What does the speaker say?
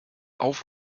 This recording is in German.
auf